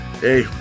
hey